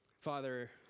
Father